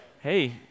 Hey